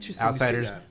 Outsiders